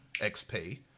XP